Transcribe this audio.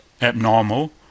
abnormal